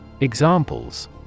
Examples